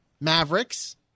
Mavericks